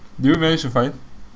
do you manage to find